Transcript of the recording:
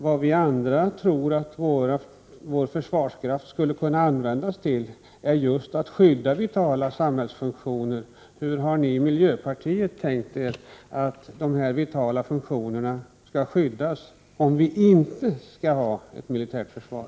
Vad vi andra tror att vår försvarsmakt skulle kunna användas till är just att skydda vitala samhällsfunktioner. Hur har ni i miljöpartiet tänkt er att dessa funktioner skall skyddas, om vi inte skall ha ett militärt försvar?